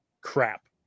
Crap